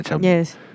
Yes